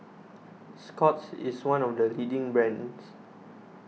Scott's is one of the leading brands